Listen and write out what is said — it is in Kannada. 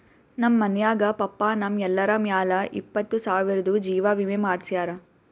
ನಮ್ ಮನ್ಯಾಗ ಪಪ್ಪಾ ನಮ್ ಎಲ್ಲರ ಮ್ಯಾಲ ಇಪ್ಪತ್ತು ಸಾವಿರ್ದು ಜೀವಾ ವಿಮೆ ಮಾಡ್ಸ್ಯಾರ